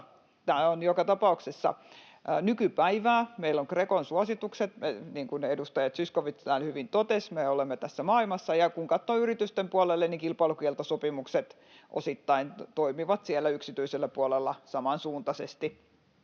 tämä on joka tapauksessa nykypäivää. Meillä on Grecon suositukset, niin kuin edustaja Zyskowicz täällä hyvin totesi, me olemme tässä maailmassa, ja kun katsoo yritysten puolelle, niin kilpailukieltosopimukset osittain toimivat yksityisellä puolella samansuuntaisesti,